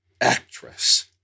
actress